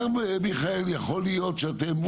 אומר מיכאל יכול להיות שאתם,